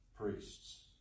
priests